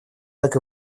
так